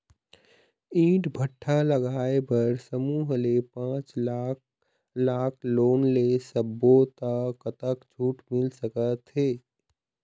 ईंट भट्ठा लगाए बर समूह ले पांच लाख लाख़ लोन ले सब्बो ता कतक छूट मिल सका थे?